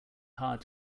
hard